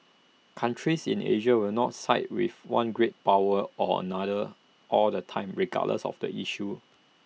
countries in Asia will not side with one great power or another all the time regardless of the issue